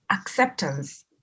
acceptance